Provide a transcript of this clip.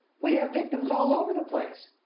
we have victims all over the place!